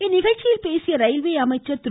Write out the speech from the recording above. இந்நிகழ்ச்சியில் பேசிய ரயில்வே துறை அமைச்சர் திரு